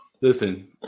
Listen